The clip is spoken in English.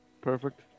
Perfect